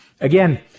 again